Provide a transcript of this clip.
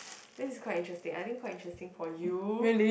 this is quite interesting I think quite interesting for you